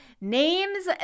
names